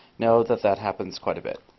know that that happens quite a bit.